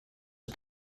are